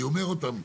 ואני אומר עוד פעם,